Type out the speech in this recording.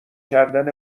کردن